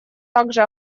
также